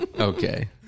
Okay